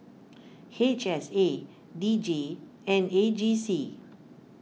H S A D J and A G C